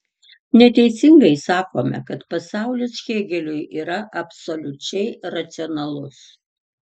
neteisingai sakome kad pasaulis hėgeliui yra absoliučiai racionalus